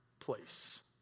place